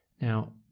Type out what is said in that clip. Now